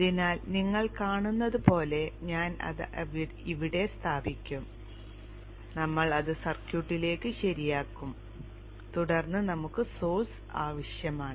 അതിനാൽ നിങ്ങൾ കാണുന്നത് പോലെ ഞാൻ അത് ഇവിടെ സ്ഥാപിക്കും നമ്മൾ അത് സർക്യൂട്ടിലേക്ക് ശരിയാക്കും തുടർന്ന് നമുക്ക് സോഴ്സ് ആവശ്യമുണ്ട്